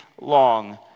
long